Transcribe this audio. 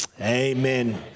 Amen